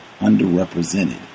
underrepresented